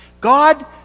God